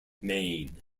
maine